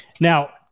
Now